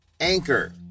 anchor